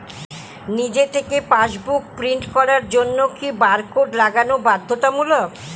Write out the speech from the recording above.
নিজে থেকে passbook print করার জন্য কি বারকোড লাগানো বাধ্যতামূলক?